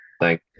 thank